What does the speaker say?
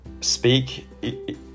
speak